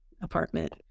apartment